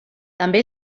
també